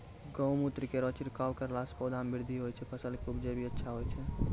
गौमूत्र केरो छिड़काव करला से पौधा मे बृद्धि होय छै फसल के उपजे भी अच्छा होय छै?